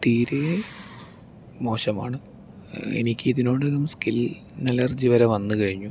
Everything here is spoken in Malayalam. തീരെ മോശമാണ് എനിക്ക് ഇതിനോടകം സ്കിൻ അലർജി വരെ വന്നു കഴിഞ്ഞു